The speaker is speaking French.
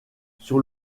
sur